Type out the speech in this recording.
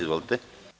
Izvolite.